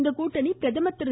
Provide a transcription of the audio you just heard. இந்தக் கூட்டணி பிரதமர் திரு